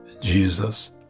Jesus